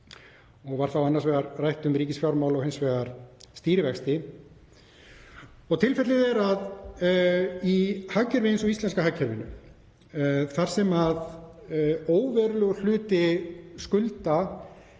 Var þá annars vegar rætt um ríkisfjármál og hins vegar stýrivexti. Tilfellið er að í hagkerfi eins og íslenska hagkerfinu, þar sem óverulegur hluti skulda